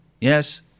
Yes